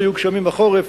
לא יהיו גשמים החורף,